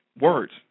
words